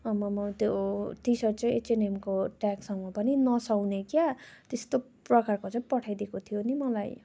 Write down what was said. आम्मामा त्यो टिसर्ट चाहिँ एचएनएमको ट्यागसँग पनि नसुहाउँने क्या त्यस्तो प्रकारको चाहिँ पठाइदिएको थियो नि मलाई